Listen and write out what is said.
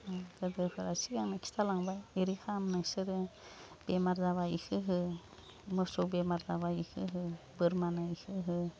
ओम गोदोरफोरा सिगांनो खिथालांबाय ओरै खाम नोंसोरो बेमार जाबा इखो हो मोसौ बेमार जाबा इखो हो बोरमानो इखो हो